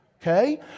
okay